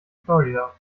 florida